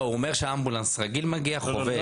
הוא אומר כשאמבולנס רגיל מגיע עם חובש.